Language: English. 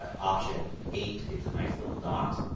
ah option eight gives a nice little dot.